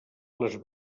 les